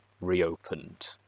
reopened